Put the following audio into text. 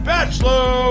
Bachelor